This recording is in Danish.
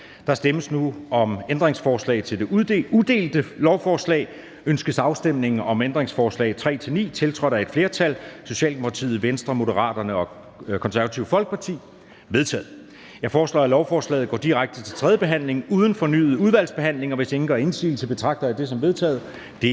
Der stemmes nu om ændringsforslag til det udelte lovforslag. Ønskes afstemning om ændringsforslag nr. 3-9, tiltrådt et flertal (S, RV, M og KF)? De er vedtaget. Jeg foreslår, at lovforslaget går direkte til tredje behandling uden fornyet udvalgsbehandling, og hvis ingen gør indsigelse, betragter jeg det som vedtaget.